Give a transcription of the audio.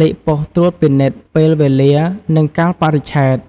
លេខប៉ុស្តិ៍ត្រួតពិនិត្យ ពេលវេលា និងកាលបរិច្ឆេទ។